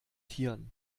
hirn